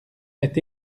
est